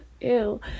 Ew